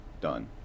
done